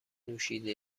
نوشیده